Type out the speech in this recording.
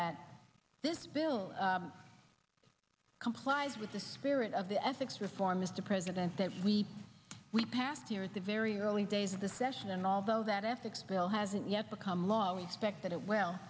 that this bill complied with the spirit of the ethics reform mr president that we we passed here at the very early days of the session and although that ethics bill hasn't yet become law we suspect that